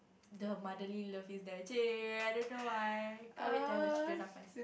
the motherly love is there !chey! I don't know why can't wait to have a children of my